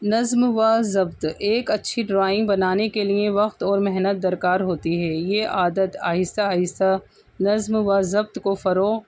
نظم و ضبط ایک اچھی ڈرائنگ بنانے کے لیے وقت اور محنت درکار ہوتی ہے یہ عادت آہستہ آہستہ نظم و ضبط کو فروغ